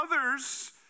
Others